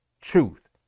Truth